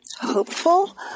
hopeful